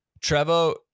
Trevo